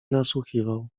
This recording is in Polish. nasłuchiwał